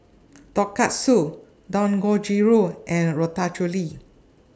Tonkatsu Dangojiru and Ratatouille